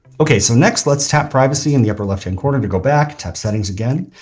okay. so next let's tap privacy in the upper left hand corner to go back, tap settings again,